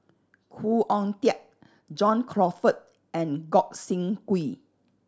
Khoo Oon Teik John Crawfurd and Gog Sing Hooi